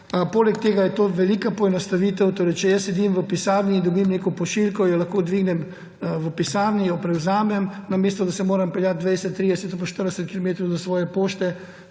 Poleg tega je to velika poenostavitev. Če jaz sedim v pisarni in dobim neko pošiljko, jo lahko dvignem v pisarni, jo prevzamem, namesto da se moram peljati 20, 30 ali pa 40 kilometrov do svoje pošte,